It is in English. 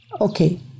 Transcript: Okay